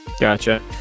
Gotcha